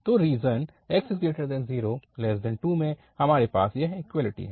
तो region 0x2 में हमारे पास यह इक्वैलिटी है